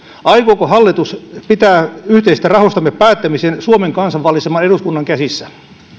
aikooko hallitus pitää yhteisistä rahoista päättämisen suomen kansan valitseman eduskunnan käsissä